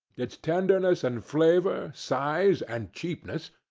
its tenderness and flavour, size and cheapness,